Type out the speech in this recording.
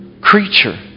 creature